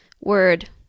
word